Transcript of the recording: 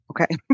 okay